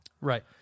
Right